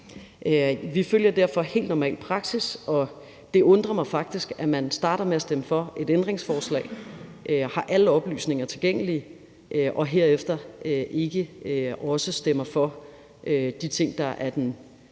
Vi følger derfor helt normal praksis, og det undrer mig faktisk, at man starter med at stemme for et ændringsforslag, har alle oplysninger tilgængelige og herefter ikke stemmer for de ting, der er den